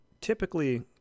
Typically